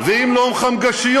ואם לא חמגשיות,